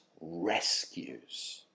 rescues